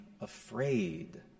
afraid